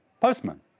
Postman